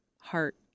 heart